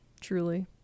Truly